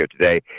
today